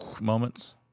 moments